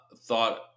thought